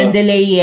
delay